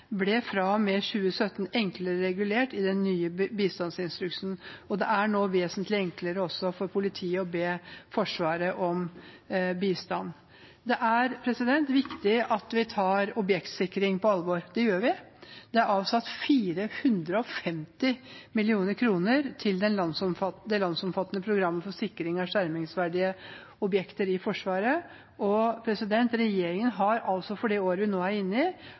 ble fra og med 2017 enklere regulert i den nye bistandsinstruksen. Det er nå vesentlig enklere for politiet å be Forsvaret om bistand. Det er viktig at vi tar objektsikring på alvor. Det gjør vi. Det er avsatt 450 mill. kr til det landsomfattende programmet for sikring av skjermingsverdige objekter i Forsvaret. Regjeringen har altså for det året vi nå er inne i,